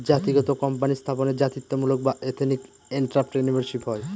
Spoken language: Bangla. জাতিগত কোম্পানি স্থাপনে জাতিত্বমূলক বা এথেনিক এন্ট্রাপ্রেনিউরশিপ হয়